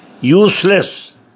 Useless